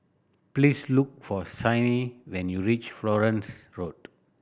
please look for Signe when you reach Florence Road